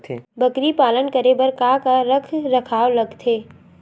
बकरी पालन करे बर काका रख रखाव लगथे?